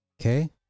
okay